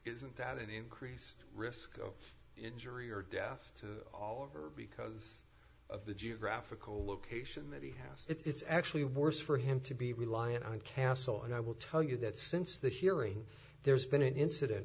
isn't that an increased risk of injury or death all over because of the geographical location that he has it's actually worse for him to be reliant on castle and i will tell you that since that hearing there's been an incident